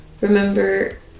remember